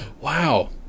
Wow